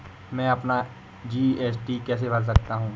मैं अपना जी.एस.टी कैसे भर सकता हूँ?